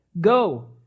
go